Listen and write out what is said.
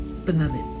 beloved